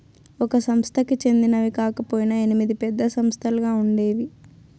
ఒక సంస్థకి చెందినవి కాకపొయినా ఎనిమిది పెద్ద సంస్థలుగా ఉండేవి